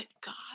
God